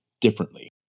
differently